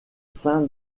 sein